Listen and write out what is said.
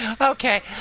Okay